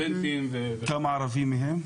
כמה ערבים מהם,